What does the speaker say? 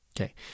Okay